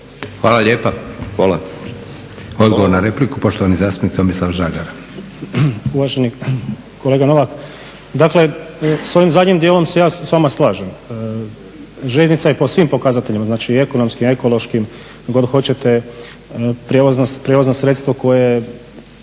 Josip (SDP)** Odgovor na repliku poštovani zastupnik Tomislav Žagar. **Žagar, Tomislav (SDP)** Uvaženi kolega Novak, dakle sa ovim zadnjim dijelom se ja s vama slažem. Željeznica je po svim pokazateljima, znači i ekonomskim, ekološkim, kako god hoćete prijevozno sredstvo koje